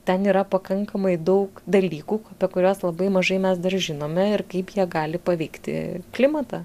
ten yra pakankamai daug dalykų apie kuriuos labai mažai mes dar žinome ir kaip jie gali paveikti klimatą